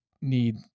need